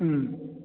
ꯎꯝ